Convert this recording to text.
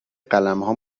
قلمها